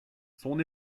son